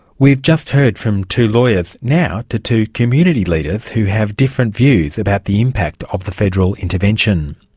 we've just heard from two lawyers. now to two community leaders who have different views about the impact of the federal intervention.